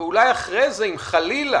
ואולי אחרי זה, אם אחרי זה